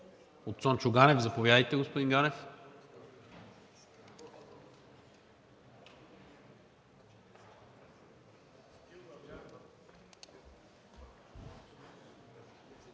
От Цончо Ганев. Заповядайте, господин Ганев.